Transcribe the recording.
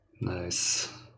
Nice